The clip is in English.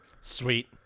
Sweet